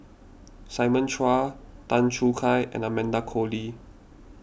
Simon Chua Tan Choo Kai and Amanda Koe Lee